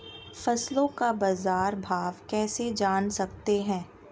फसलों का बाज़ार भाव कैसे जान सकते हैं?